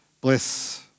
Bless